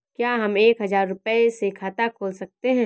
क्या हम एक हजार रुपये से खाता खोल सकते हैं?